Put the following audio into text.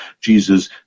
Jesus